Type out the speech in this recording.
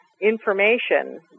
information